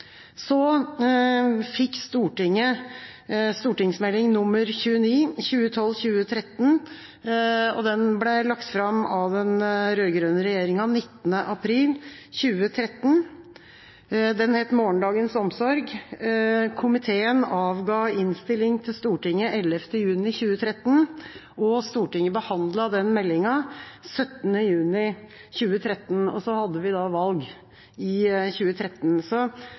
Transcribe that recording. Så fikk Stortinget Meld. St. nr. 29 for 2012–2013 – den ble lagt fram av den rød-grønne regjeringa 19. april 2013. Den het «Morgendagens omsorg». Komiteen avga innstilling til Stortinget 11. juni 2013, og Stortinget behandlet meldinga 17. juni 2013. Så hadde vi valg i 2013. Mitt spørsmål går på en måte i retur: Hvorfor tok det så